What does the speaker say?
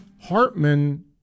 Hartman